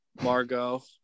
Margot